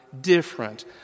different